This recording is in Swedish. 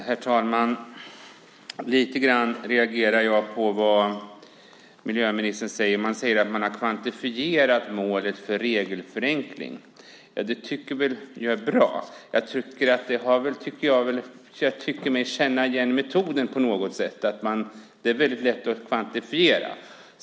Herr talman! Jag reagerar lite grann på vad miljöministern säger. Han säger att man har kvantifierat målet för regelförenkling. Ja, det tycker jag är bra. Jag tycker mig känna igen metoden på något sätt. Det är väldigt lätt att kvantifiera.